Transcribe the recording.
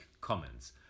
comments